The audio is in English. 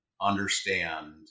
understand